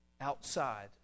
outside